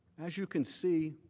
as you can see,